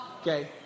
okay